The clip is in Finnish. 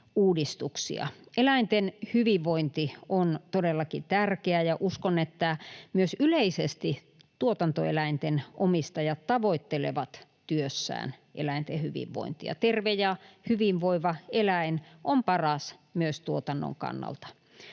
Eläinten hyvinvointi on todellakin tärkeää, ja uskon, että myös yleisesti tuotantoeläinten omistajat tavoittelevat työssään eläinten hyvinvointia. Terve ja hyvinvoiva eläin on paras myös tuotannon kannalta.